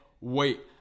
wait